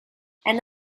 and